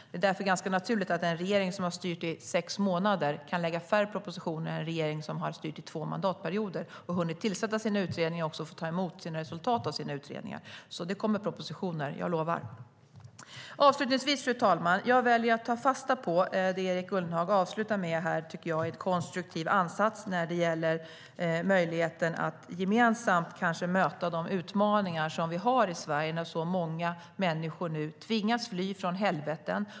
Det är därför ganska naturligt att en regering som har styrt i sex månader har kunnat lägga fram färre propositioner än en regering som har styrt under två mandatperioder och som har hunnit tillsätta utredningar och också fått ta emot resultaten av dem. Det kommer propositioner; jag lovar. Avslutningsvis, fru talman, väljer jag att ta fasta på det Erik Ullenhag avslutade med. Jag tycker att det är en konstruktiv ansats när det gäller möjligheten att gemensamt möta de utmaningar som vi har i Sverige när så många människor nu tvingas fly från helveten.